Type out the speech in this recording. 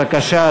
בבקשה,